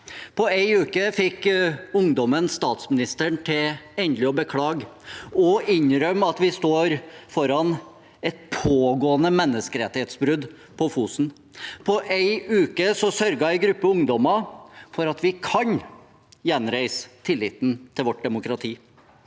På én uke fikk ungdommen statsministeren til endelig å beklage og innrømme at vi står overfor et pågående menneskerettighetsbrudd på Fosen. På én uke sørget en gruppe ungdommer for at vi kan gjenreise tilliten til vårt demokrati.